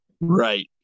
Right